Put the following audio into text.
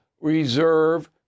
reserve